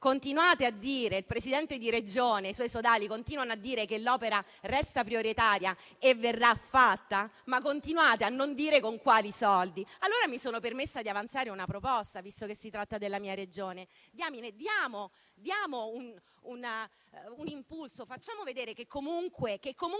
escluso dal PNRR. Il Presidente di Regione e i suoi sodali continuano a dire che l'opera resta prioritaria e verrà fatta, ma continuate a non dire con quali soldi. Allora mi sono permessa di avanzare una proposta, visto che si tratta della mia Regione: diamo un impulso, facciamo vedere che comunque